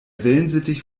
wellensittich